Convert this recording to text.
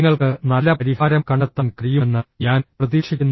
നിങ്ങൾക്ക് നല്ല പരിഹാരം കണ്ടെത്താൻ കഴിയുമെന്ന് ഞാൻ പ്രതീക്ഷിക്കുന്നു